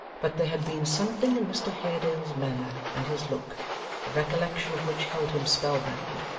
but there had been something in mr haredale's manner and his look, the recollection of which held him spellbound.